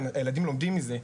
הילדים לומדים מזה.